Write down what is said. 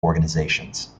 organizations